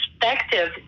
perspective